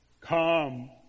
Come